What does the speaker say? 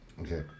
Okay